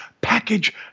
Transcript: package